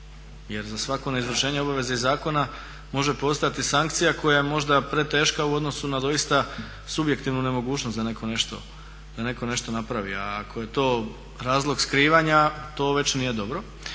jer za svako neizvršenje obaveze iz zakona može postojati sankcija koja je možda preteška u odnosu na doista subjektivnu nemogućnost da netko nešto napravi. A ako je to razlog skrivanja, to već nije dobro.